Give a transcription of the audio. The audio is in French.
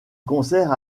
concert